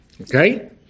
Okay